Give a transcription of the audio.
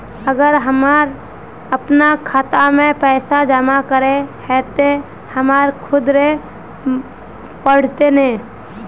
अगर हमर अपना खाता में पैसा जमा करे के है ते हमरा खुद रहे पड़ते ने?